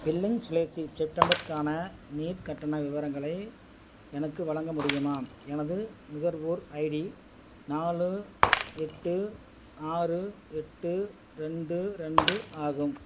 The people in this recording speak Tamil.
பில்லிங் சுழற்சி செப்டம்பருக்கான நீர் கட்டண விவரங்களை எனக்கு வழங்க முடியுமா எனது நுகர்வோர் ஐடி நாலு எட்டு ஆறு எட்டு ரெண்டு ரெண்டு ஆகும்